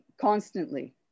constantly